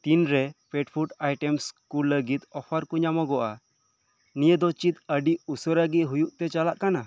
ᱛᱤᱱ ᱨᱮ pet food items ᱠᱚ ᱞᱟᱜᱤᱫ ᱚᱯᱷᱟᱨ ᱠᱚ ᱧᱟᱢᱚᱜᱚᱜᱼᱟ ᱱᱤᱭᱟᱹ ᱫᱚ ᱪᱮᱫ ᱟᱰᱤ ᱩᱥᱟᱹᱨᱟᱜᱮ ᱦᱳᱭᱳᱜ ᱛᱮ ᱪᱟᱞᱟᱜ ᱠᱟᱱᱟ